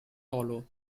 hollow